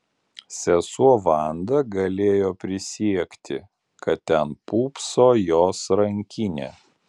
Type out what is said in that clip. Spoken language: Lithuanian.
sesuo vanda galėjo prisiekti kad ten pūpso jos rankinė